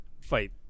fight